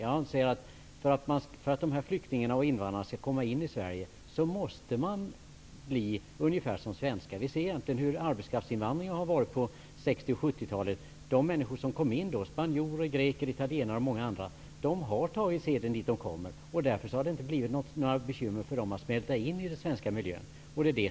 Om dessa flyktingar och invandrare skall assimileras i Sverige, måste de bli ungefär som svenskar. Vi kan se på arbetskraftsinvandringen på 1960 och 1970-talen. De människor som då kom hit -- spanjorer, greker, italienare och många andra -- har tagit seden dit de har kommit. Därför har de inte haft några svårigheter med att smälta in i den svenska miljön.